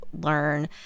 learn